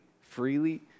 freely